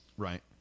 Right